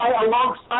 alongside